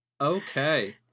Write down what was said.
okay